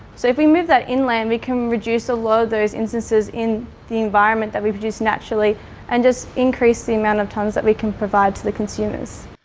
so if we move that inland we can reduce a lot of those instances in the environment that we produce naturally and just increase the amount of tonnes that we can provide to the consumers.